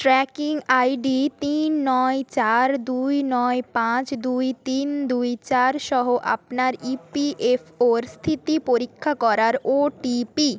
tracking I D তিন নয় চার দুই নয় পাঁচ দুই তিন দুই চার সহ আপনার ই পি এফ ওর স্থিতি পরীক্ষা করার ও টি পি